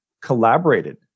collaborated